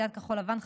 סיעת כחול לבן,